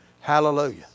hallelujah